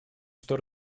что